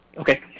Okay